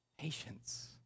Patience